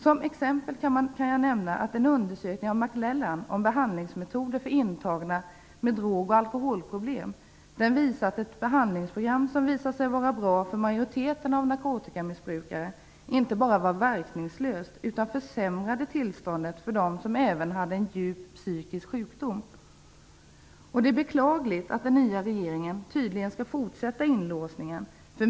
Som exempel kan jag nämna att en undersökning av Mc Lellan om behandlingsmetoder för intagna med drogoch alkoholproblem gett resultatet att det behandlingsprogram som visat sig vara bra för majoriteten av narkotikamissbrukare inte bara var verkningslöst utan försämrade tillståndet för dem som även hade en djup psykisk sjukdom. Det är beklagligt att den nya regeringen tydligen skall fortsätta inlåsningen.